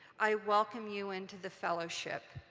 i welcome you into the fellowship.